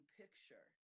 picture